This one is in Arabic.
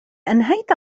أنهيت